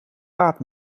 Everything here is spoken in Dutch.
gaat